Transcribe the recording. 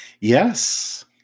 Yes